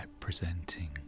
representing